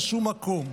בשום מקום.